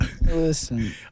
Listen